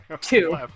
Two